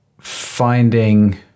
finding